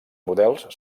models